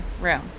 room